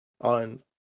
on